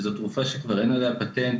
זו תרופה שכבר אין עליה פטנט,